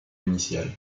initial